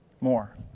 more